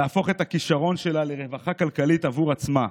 תהפוך את הכישרון שלה לרווחה כלכלית עבור עצמה,